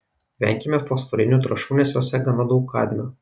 venkime fosforinių trąšų nes jose gana daug kadmio